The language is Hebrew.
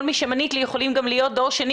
כל מי שמנית לי יכולים גם להיות דור שני